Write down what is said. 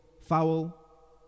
Foul